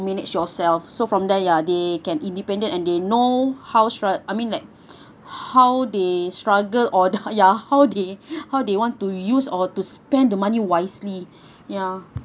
manage yourself so from there ya they can independent and they know how s~ right I mean like how they struggle or ya how they how they want to use or to spend the money wisely ya